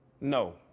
No